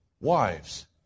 wives